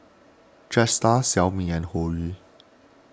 Jetstar Xiaomi and Hoyu